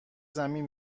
زمین